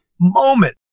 moment